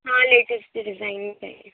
ہاں لیٹسٹ کی ڈیزائن چاہئے